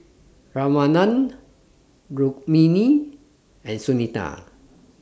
Ramanand Rukmini and Sunita